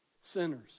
sinners